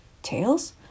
Tails